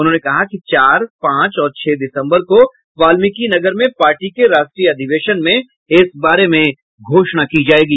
उन्होंने कहा कि चार पांच और छह दिसम्बर को वाल्मीकिनगर में पार्टी के राष्ट्रीय अधिवेशन में इस बारे में घोषणा की जायेगी